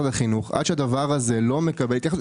החינוך עד שהדבר הזה לא מקבל התייחסות.